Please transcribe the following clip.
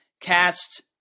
cast